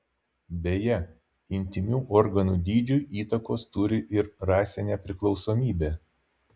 beje intymių organų dydžiui įtakos turi ir rasinė priklausomybė